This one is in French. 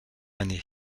année